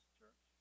church